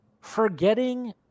Forgetting